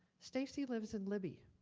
stacy lives in libby.